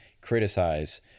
criticize